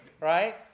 right